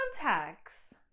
Contacts